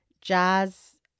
Jazz